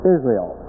Israel